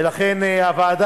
וגם בית-המשפט